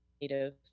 native